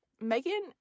Megan